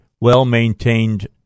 well-maintained